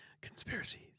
Conspiracies